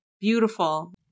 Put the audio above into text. beautiful